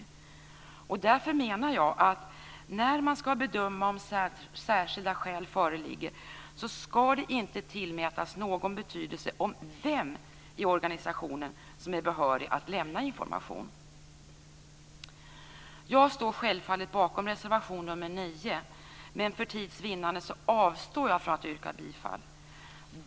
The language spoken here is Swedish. Därför menar jag att när man skall bedöma om särskilda skäl föreligger, skall det inte tillmätas någon betydelse av vem i organisationen som är behörig att lämna information. Jag står självfallet bakom reservation nr 9, men för tids vinnande avstår jag från att yrka bifall.